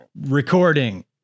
Recording